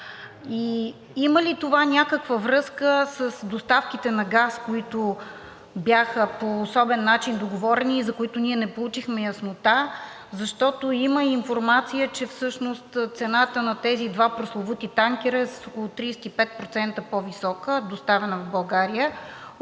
Има ли това някаква връзка с доставките на газ, които бяха по особен начин договорени и за които ние не получихме яснота? Има информация, че всъщност цената на тези два прословути танкера е с около 35% по висока, доставена в България,